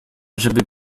żeby